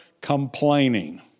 complaining